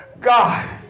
God